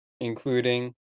including